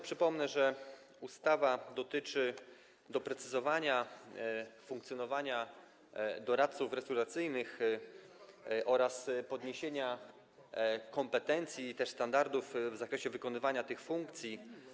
Przypomnę, że ustawa dotyczy doprecyzowania funkcjonowania doradców restrukturyzacyjnych oraz podniesienia kompetencji i standardów w zakresie wykonywania tych funkcji.